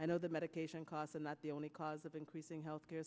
i know the medication costs are not the only cause of increasing health care